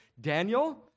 Daniel